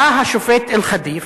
בא השופט אלחדיף,